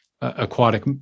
aquatic